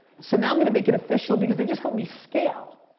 so now i'm gonna make it official because they just help me scale.